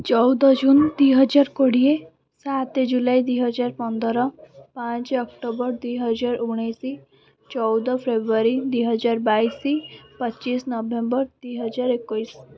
ଚଉଦ ଜୁନ ଦୁଇହଜାର କୋଡ଼ିଏ ସାତ ଜୁଲାଇ ଦୁଇହଜାର ପନ୍ଦର ପାଞ୍ଚ ଅକ୍ଟୋବର ଦୁଇହଜାର ଉଣେଇଶ ଚଉଦ ଫେବୃୟାରୀ ଦୁଇହଜାର ବାଇଶ ପଚିଶ ନଭେମ୍ବର ଦୁଇହଜାର ଏକୋଇଶ